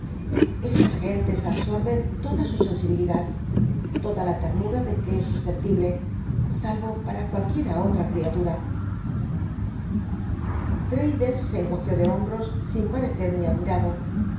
esas gentes absorben toda su scnsibilidnd loda la ternura de que es susceptible salvo para cualqu iem olra criatum traddles se encogió de hombros sin parecer muy admirado